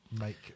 make